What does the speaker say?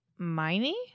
Miney